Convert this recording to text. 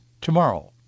tomorrow